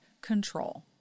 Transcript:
control